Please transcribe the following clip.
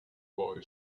boy